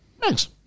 Thanks